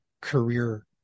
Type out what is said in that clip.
career